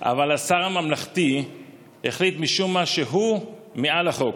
אבל השר הממלכתי החליט משום מה שהוא מעל החוק,